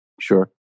Sure